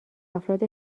افراد